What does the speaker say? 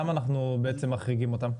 אז למה אנחנו בעצם מחריגים אותם?